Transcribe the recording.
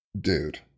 dude